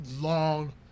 long